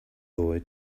boy